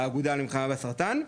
האגודה למלחמה בסרטן,